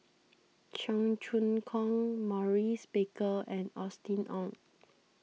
Cheong Choong Kong Maurice Baker and Austen Ong